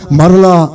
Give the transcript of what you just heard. marla